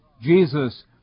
Jesus